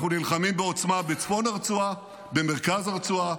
אנחנו נלחמים בעוצמה בצפון הרצועה, במרכז הרצועה,